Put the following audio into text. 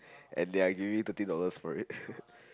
and they are giving me thirteen dollars for it ppl